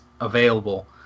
available